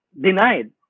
denied